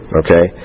okay